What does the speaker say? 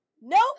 Nope